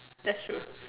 that's true